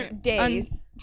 Days